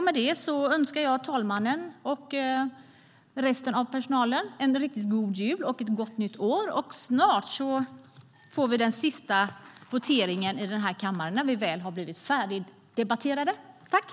Med det önskar jag talmannen och resten av personalen en riktigt god jul och ett gott nytt år. Snart har vi den sista voteringen i år i den här kammaren, när vi har debatterat färdigt.